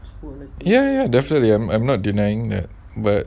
ya ya ya definitely I'm I'm not denying that but